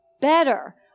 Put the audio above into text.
better